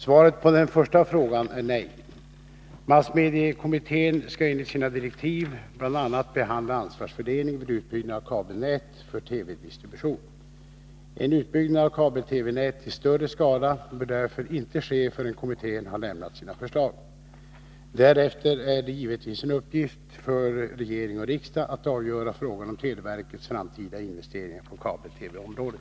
Svaret på den första frågan är nej. Massmediekommittén skall enligt sina direktiv bl.a. behandla ansvarsfördelningen vid utbyggnad av kabelnät för TV-distribution. En utbyggnad av kabel-TV-nät i större skala bör därför inte ske förrän kommittén har lämnat sina förslag. Därefter är det givetvis en uppgift för regering och riksdag att avgöra frågan om televerkets framtida investeringar på kabel-TV området.